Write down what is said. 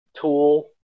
tool